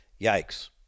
yikes